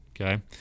Okay